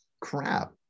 crap